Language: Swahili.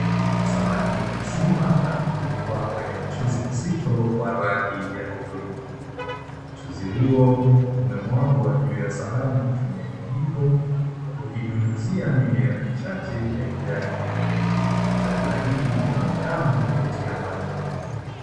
Samaki mzima amepikwa kwenye mchuzi mzito wa rangi ya hudhurungi. Mchuzi huo umemwagwa juu ya sahani kutumia kijiko ukinyunyizia mimea michache ya kijani. Chakula hiki kinaonekana kuvutia macho.